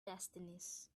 destinies